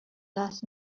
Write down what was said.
last